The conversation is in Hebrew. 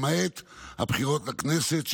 למעט תקופת הבחירות לכנסת,